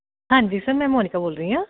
ਹਾਂਜੀ ਸਰ ਮੈਂ ਮੋਨੀਕਾ ਬੋਲ ਰਹੀ ਹਾਂ